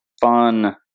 fun